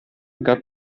got